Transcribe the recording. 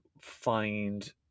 find